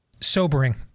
Sobering